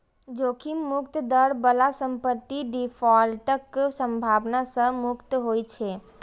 जोखिम मुक्त दर बला संपत्ति डिफॉल्टक संभावना सं मुक्त होइ छै